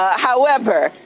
however,